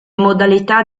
modalità